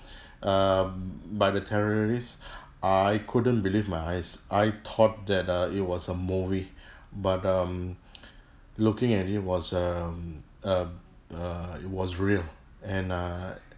um by the terrorists I couldn't believe my eyes I thought that uh it was a movie but um looking at it was um um err it was real and err